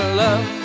love